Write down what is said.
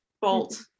bolt